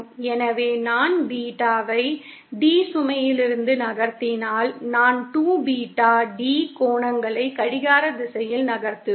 எனவே நான் பீட்டாவை D சுமையிலிருந்து நகர்த்தினால் நான் 2 பீட்டா D கோணங்களை கடிகார திசையில் நகர்த்துவேன்